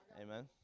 amen